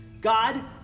God